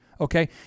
okay